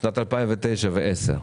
בשנים 2009 ו-2010,